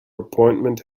appointment